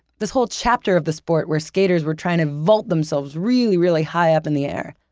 this whole chapter of the sport where skaters were trying to vault themselves really, really high up in the air.